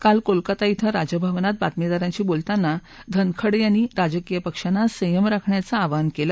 काल कोलकाता इथं राजभवनात बातमीदारांशी बोलताना धनखंड यांनी राजकीय पक्षांना संयम राखण्याचं आवाहन केलं